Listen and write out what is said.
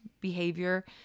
behavior